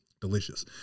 Delicious